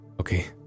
Okay